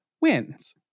wins